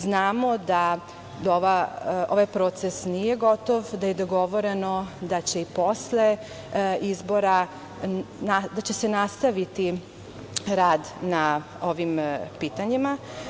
Znamo da ovaj proces nije gotov, da je dogovoreno da će se posle izbora nastaviti rad na ovim pitanjima.